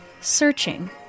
searching